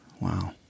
wow